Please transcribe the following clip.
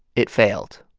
it failed.